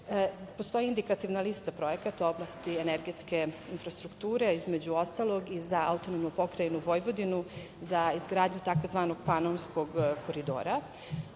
Postoji indikativna lista projekata u oblasti energetske infrastrukture između ostalog i za AP Vojvodinu, za izgradnju tzv. Panonskog koridora.